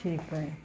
ठीक अइ